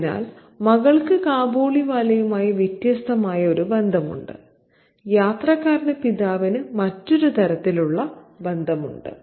അതിനാൽ മകൾക്ക് കാബൂളിവാലയുമായി വ്യത്യസ്തമായ ഒരു ബന്ധമുണ്ട് യാത്രക്കാരന് പിതാവുമായി മറ്റൊരു തരത്തിലുള്ള ബന്ധമുണ്ട്